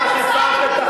את החוקים,